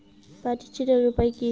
মাটি চেনার উপায় কি?